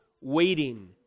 Waiting